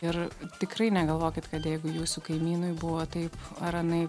ir tikrai negalvokit kad jeigu jūsų kaimynui buvo taip ar anaip